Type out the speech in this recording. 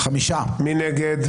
מי נגד?